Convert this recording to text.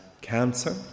cancer